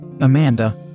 Amanda